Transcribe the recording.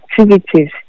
activities